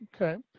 Okay